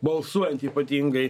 balsuojant ypatingai